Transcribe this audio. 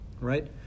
Right